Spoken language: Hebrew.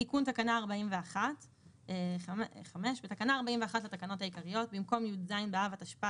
תיקון תקנה 41. 5. בתקנה 41 לתקנות העיקריות במקום "י"ז באב התשפ"א